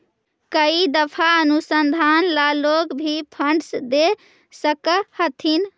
कई दफा अनुसंधान ला लोग भी फंडस दे सकअ हथीन